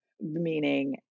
meaning